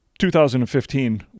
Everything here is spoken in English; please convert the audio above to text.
2015